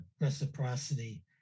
reciprocity